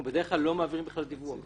אנחנו בדרך כלל לא מעבירים בכלל דיווח.